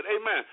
amen